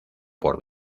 por